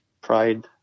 pride